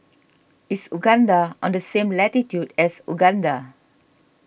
is Uganda on the same latitude as Uganda